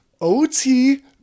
OT